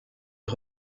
est